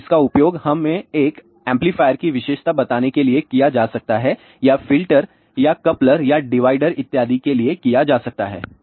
तो इसका उपयोग हमें एक एम्पलीफायर की विशेषता बताने के लिए किया जा सकता है या फ़िल्टर या कपलर या डिवाइडर इत्यादि के लिए किया जा सकता है